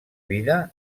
vida